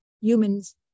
humans